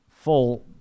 full